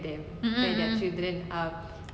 mm mm